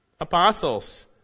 apostles